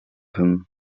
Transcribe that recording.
him